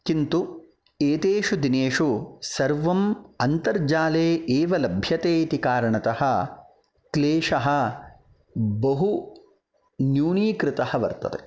किन्तु एतेषु दिनेषु सर्वम् अन्तर्जाले एव लभ्यते इति कारणतः क्लेशः बहुः न्यूनीकृतः वर्तते